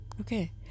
okay